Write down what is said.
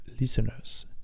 listeners